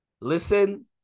Listen